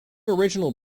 original